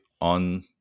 on